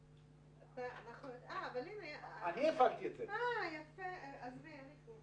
הדיון שלנו היום הוא על הטיפול בעסקים קטנים ובינוניים.